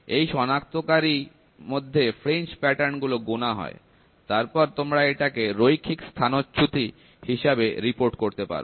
এই সনাক্তকারী র মধ্যে ফ্রিঞ্জ প্যাটার্ন গুলো গোনা হয় তারপর তোমরা এটাকে রৈখিক স্থানচ্যুতি হিসাবে রিপোর্ট করতে পারো